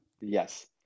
Yes